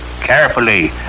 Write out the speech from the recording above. carefully